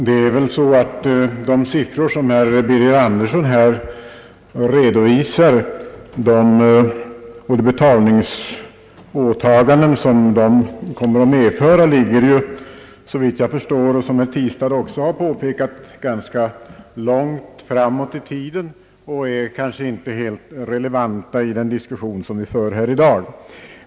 Herr talman! De siffror som herr Birger Andersson här redovisat och de betalningsåtaganden som de kommer att medföra ligger — såvitt jag förstår och såsom herr Tistad också har påpekat — ganska långt fram i tiden och är kanske inte relevanta i den diskussion som vi för här i dag.